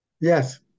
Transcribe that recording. Yes